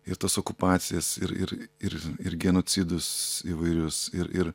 ir tas okupacijas ir ir ir ir genocidus įvairius ir ir